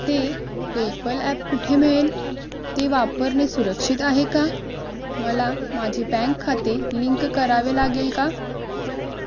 ते PayPal app कुठे मिळेल ते वापरणे सुरक्षित आहे का मला माझे बँक खाते लिंक करावे लागेल का